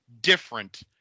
different